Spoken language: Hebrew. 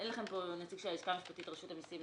כאן נציג של הלשכה המשפטית של רשות המסים,